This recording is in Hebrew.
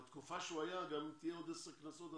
אם תהיה עוד 10 כנסות,